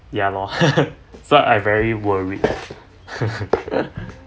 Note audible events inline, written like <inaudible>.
ya lor <laughs> so I very worried <laughs>